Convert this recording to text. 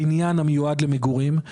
בבניין מגורים,